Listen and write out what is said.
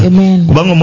Amen